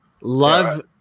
love